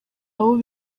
abo